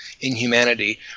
inhumanity